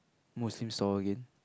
Muslim stall again